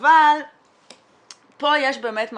פה יש באמת מהלך.